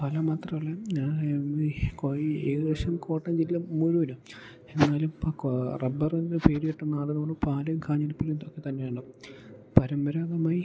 പാല മാത്രമല്ല ഈ ഏഴു വർഷം കോട്ടയം ജില്ല മുഴുവനും എന്നാലും ഇപ്പോൾ റബ്ബറിനു പേരുകേട്ട നാടെന്നു പറയുന്ന പാലയും കാഞ്ഞിരപ്പള്ളിയും ഇതൊക്കെ തന്നെയാണ് പരമ്പരാഗതമായി